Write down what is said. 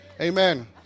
Amen